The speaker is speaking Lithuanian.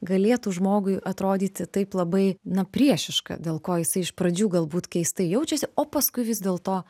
galėtų žmogui atrodyti taip labai na priešiška dėl ko jisai iš pradžių galbūt keistai jaučiasi o paskui vis dėlto